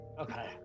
Okay